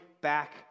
back